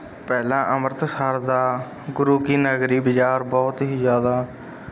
ਪਹਿਲਾਂ ਅੰਮ੍ਰਿਤਸਰ ਦਾ ਗੁਰੂ ਕੀ ਨਗਰੀ ਬਜ਼ਾਰ ਬਹੁਤ ਹੀ ਜ਼ਿਆਦਾ